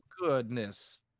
goodness